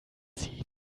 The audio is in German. sie